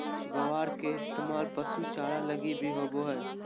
ग्वार के इस्तेमाल पशु चारा लगी भी होवो हय